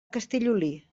castellolí